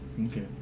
okay